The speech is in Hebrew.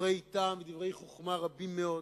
דברי טעם, ודברי חכמה רבים מאוד.